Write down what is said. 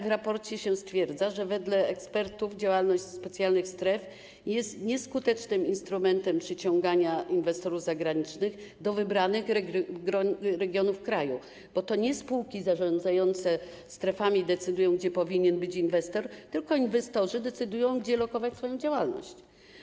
W raporcie zostało stwierdzone, że wedle ekspertów działalność specjalnych stref jest nieskutecznym instrumentem przyciągania inwestorów zagranicznych do wybranych regionów kraju, bo to nie spółki zarządzające strefami decydują, gdzie powinien być inwestor, tylko inwestorzy decydują, gdzie lokować swoją działalność.